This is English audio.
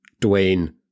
Dwayne